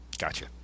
Gotcha